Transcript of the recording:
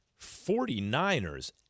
49ers